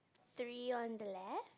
three on the left